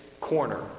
corner